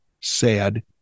sad